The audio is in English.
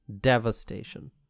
devastation